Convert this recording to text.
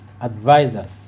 advisors